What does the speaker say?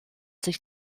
sich